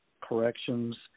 corrections